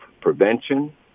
prevention